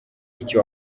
icyo